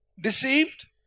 deceived